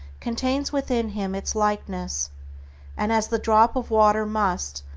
contains within him its likeness and as the drop of water must,